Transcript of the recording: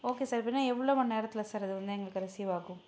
okay sir அப்படின்னா எவ்வளோ மணி நேரத்தில் சார் அது வந்து எங்களுக்கு ரிசீவ் ஆகும்